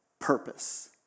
purpose